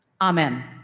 Amen